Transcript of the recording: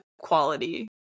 quality